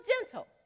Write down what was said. gentle